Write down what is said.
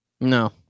No